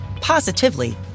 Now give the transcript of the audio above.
positively